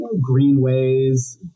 greenways